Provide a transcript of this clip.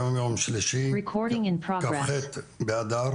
היום יום שלישי כ"ח באדר